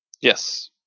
yes